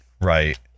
right